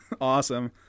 awesome